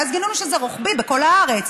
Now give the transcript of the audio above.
ואז גילינו שזה רוחבי בכל הארץ.